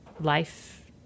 life